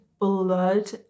blood